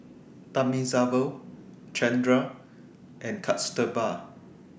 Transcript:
Thamizhavel Chandra and Kasturba